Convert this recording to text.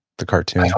the cartoon?